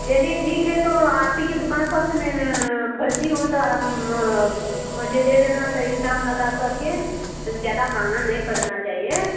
चलिए ठीक है आप ही की दुकान से मैं ख़रीदती हूँ तो आप मुझे दे देना सही दाम लगा करके ज़्यादा महंगा नहीं पड़ना चाहिए